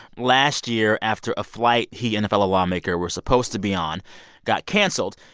last year after a flight he and a fellow lawmaker were supposed to be on got canceled,